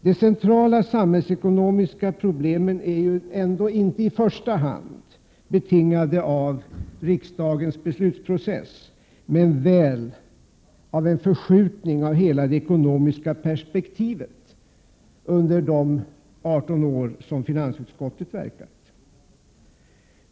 De centrala samhällsekonomiska problemen är ändå inte i första hand betingade av riksdagens beslutsprocess men väl av en förskjutning av hela det ekonomiska perspektivet under de 18 år som finansutskottet verkat.